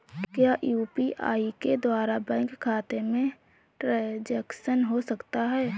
क्या यू.पी.आई के द्वारा बैंक खाते में ट्रैन्ज़ैक्शन हो सकता है?